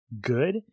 good